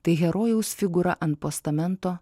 tai herojaus figūra ant postamento